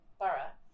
borough